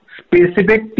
specific